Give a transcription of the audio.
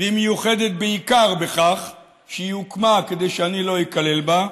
והיא מיוחדת בעיקר בכך שהיא הוקמה כדי שאני לא איכלל בה,